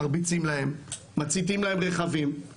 מרביצים להם מציתים להם רכבים,